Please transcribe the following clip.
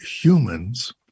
humans